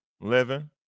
Living